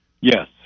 yes